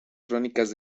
crónicas